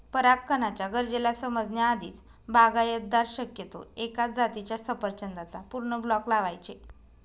परागकणाच्या गरजेला समजण्या आधीच, बागायतदार शक्यतो एकाच जातीच्या सफरचंदाचा पूर्ण ब्लॉक लावायचे